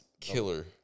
killer